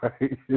Right